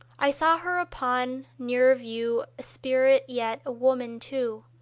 i saw her upon nearer view a spirit yet a woman too!